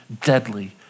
deadly